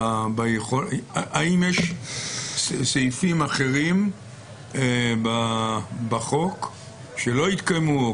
האם יש סעיפים אחרים בחוק שלא התקיימו או